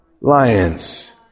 lions